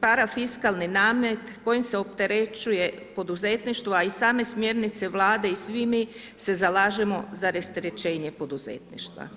parafiskalni namet kojim se opterećuje poduzetništvo, a i same smjernice Vlade i svi mi se zalažemo za rasterećenje poduzetništva.